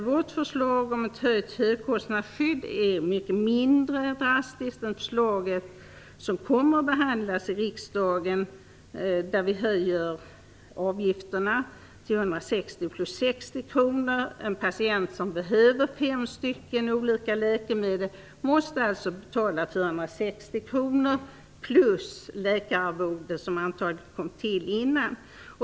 Vårt förslag om ett höjt högkostnadsskydd är mycket mindre drastiskt än det förslag som kommer att behandlas i riksdagen, som innebär att vi höjer avgifterna till 160 plus 60 kr. En patient som behöver fem olika läkemedel måste alltså betala 460 kr och ett läkararvode som antagligen har kommit till innan.